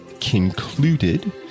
concluded